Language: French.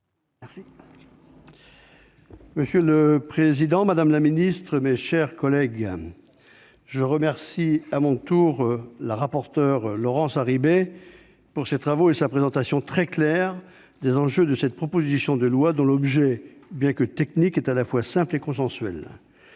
Monsieur le président, madame la ministre, mes chers collègues, je remercie à mon tour la rapporteure Laurence Harribey de ses travaux et de sa présentation très claire des enjeux de cette proposition de loi dont l'objet, bien que technique, est à la fois simple et consensuel